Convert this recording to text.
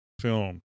film